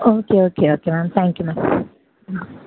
okay okay okay ma'am thank you ma'am ah